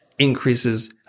increases